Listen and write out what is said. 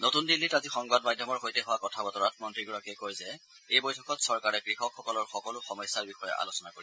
নতুন দিল্লীত আজি সংবাদ মাধ্যমৰ সৈতে হোৱা কথা বতৰাত মন্ত্ৰীগৰাকীয়ে কয় যে এই বৈঠকত চৰকাৰে কৃষকসকলৰ সকলো সমস্যাৰ বিষয়ে আলোচনা কৰিব